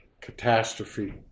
catastrophe